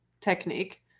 technique